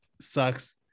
sucks